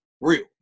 real